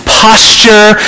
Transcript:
posture